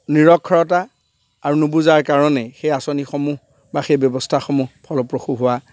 নিৰক্ষৰতা আৰু নুবুজাৰ কাৰণে সেই আঁচনিসমূহ বা সেই ব্যৱস্থাসমূহ ফলপ্ৰসূ হোৱা